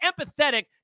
empathetic